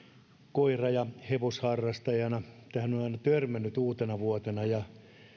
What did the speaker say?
koira ja hevosharrastajana tähän on aina törmännyt uutenavuotena